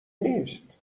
نیست